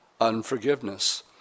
unforgiveness